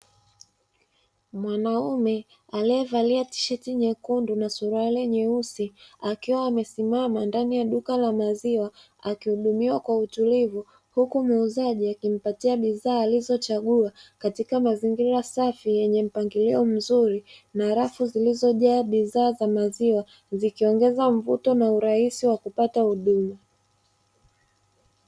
Mwanaume aliyevalia tisheti nyekundu na suruali nyeusi akiwa amesimama ndani ya duka la maziwa akihudumiwa kwa utulivu, huku muuzaji akimpatia bidhaa alizochagua katika mazingira safi yenye mpangilio mzuri na rafu zilizojaa bidhaa za maziwa, zikiongeza mvuto na urahisi wa kupata huduma.